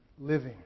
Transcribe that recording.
living